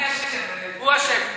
אני אשם, הוא אשם.